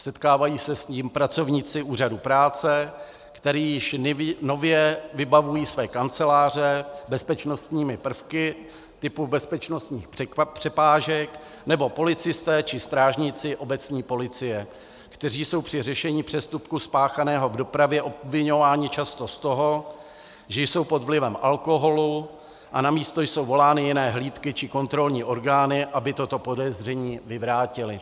setkávají se s tím pracovníci úřadu práce, kteří již nově vybavují své kanceláře bezpečnostními prvky typu bezpečnostních přepážek, nebo policisté či strážníci obecní policie, kteří jsou při řešení přestupku spáchaného v dopravě obviňováni často z toho, že jsou pod vlivem alkoholu, a na místo jsou volány jiné hlídky či kontrolní orgány, aby toto podezření vyvrátily.